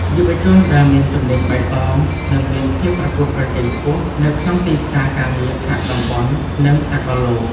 យុវជនដែលមានជំនាញបៃតងនឹងមានភាពប្រកួតប្រជែងខ្ពស់នៅក្នុងទីផ្សារការងារថ្នាក់តំបន់និងសកលលោក។